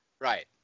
Right